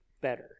better